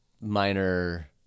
minor